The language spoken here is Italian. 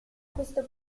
questo